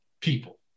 people